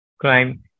crime